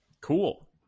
Cool